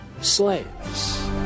slaves